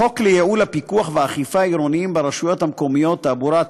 החוק לייעול הפיקוח והאכיפה העירוניים ברשויות המקומיות (תעבורה),